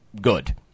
good